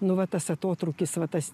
nu va tas atotrūkis va tas